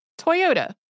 Toyota